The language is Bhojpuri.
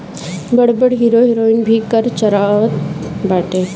बड़ बड़ हीरो हिरोइन भी कर चोरावत बाटे